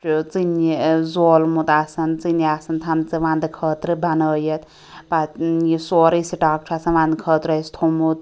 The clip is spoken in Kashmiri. چھُ ژٕنہِ ٲں زولمُت آسان ژٕنہِ آسان تھٲیمژٕ ونٛدٕ خٲطرٕ بَنٲیِتھ پَتہٕ یہِ سورُے سِٹاک چھُ آسان ونٛدٕ خٲطرٕ اسہِ تھومُت